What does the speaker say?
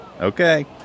Okay